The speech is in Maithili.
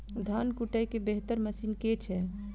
धान कुटय केँ बेहतर मशीन केँ छै?